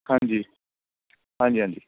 ਹਾਂਜੀ ਹਾਂਜੀ ਹਾਂਜੀ